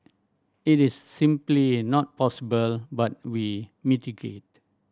it is simply not possible but we mitigate